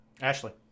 Ashley